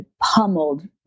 pummeled